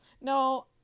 no